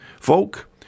Folk